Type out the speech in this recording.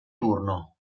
turno